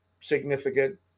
significant